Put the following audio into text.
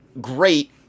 great